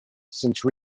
since